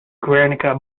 guernica